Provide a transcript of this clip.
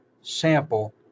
sample